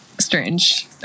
strange